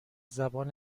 زبان